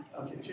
Okay